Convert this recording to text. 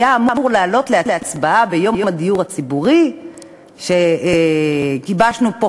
והוא היה אמור לעלות להצבעה ביום הדיור הציבורי שגיבשנו פה,